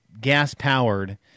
gas-powered